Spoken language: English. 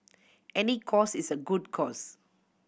any cause is a good cause